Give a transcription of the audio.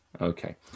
okay